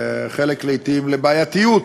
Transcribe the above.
חלק לעתים בעייתי.